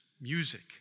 music